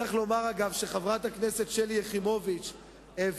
צריך לומר, אגב, שחברת הכנסת שלי יחימוביץ העבירה,